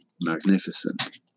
magnificent